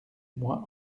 moi